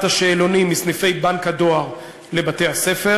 השאלונים מסניפי בנק הדואר לבתי-הספר,